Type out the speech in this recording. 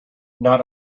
not